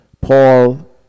Paul